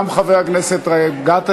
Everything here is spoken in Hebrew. וגם חבר הכנסת גטאס.